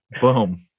Boom